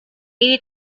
ini